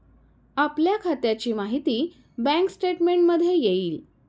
आपल्या खात्याची माहिती बँक स्टेटमेंटमध्ये येईल